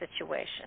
situation